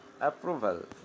approval